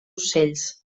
ocells